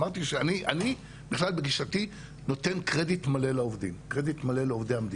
אני בכלל בגישתי נותן קרדיט מלא לעובדי המדינה.